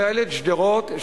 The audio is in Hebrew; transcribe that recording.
אומר כל ילד: "שׁדרות",